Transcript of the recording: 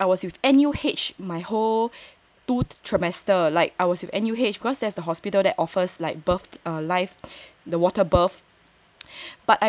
but the thing was I was with N_U_H my whole two trimester like I was with N_U_H cause that's the hospital that offers like birth life life the water birth